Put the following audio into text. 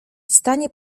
stanie